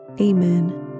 Amen